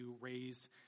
raise